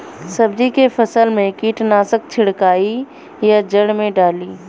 सब्जी के फसल मे कीटनाशक छिड़काई या जड़ मे डाली?